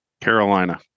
Carolina